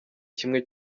kimwe